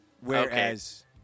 Whereas